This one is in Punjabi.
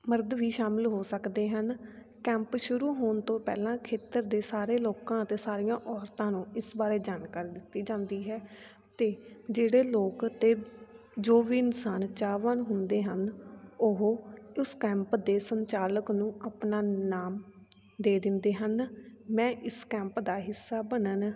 ਮਰਦ ਵੀ ਸ਼ਾਮਲ ਹੋ ਸਕਦੇ ਹਨ ਕੈਂਪ ਸ਼ੁਰੂ ਹੋਣ ਤੋਂ ਪਹਿਲਾਂ ਖੇਤਰ ਦੇ ਸਾਰੇ ਲੋਕਾਂ ਅਤੇ ਸਾਰੀਆਂ ਔਰਤਾਂ ਨੂੰ ਇਸ ਬਾਰੇ ਜਾਣਕਾਰੀ ਦਿੱਤੀ ਜਾਂਦੀ ਹੈ ਅਤੇ ਜਿਹੜੇ ਲੋਕ ਅਤੇ ਜੋ ਵੀ ਇਨਸਾਨ ਚਾਹਵਾਨ ਹੁੰਦੇ ਹਨ ਉਹ ਉਸ ਕੈਂਪ ਦੇ ਸੰਚਾਲਕ ਨੂੰ ਆਪਣਾ ਨਾਮ ਦੇ ਦਿੰਦੇ ਹਨ ਮੈਂ ਇਸ ਕੈਂਪ ਦਾ ਹਿੱਸਾ ਬਣਨ